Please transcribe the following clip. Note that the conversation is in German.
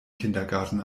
kindergarten